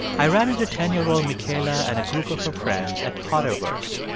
i ran into a ten year old michaela and a group of her friends at potterverse,